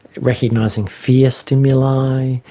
recognising fear stimuli,